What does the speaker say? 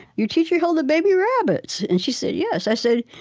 your teacher held the baby rabbits. and she said, yes. i said,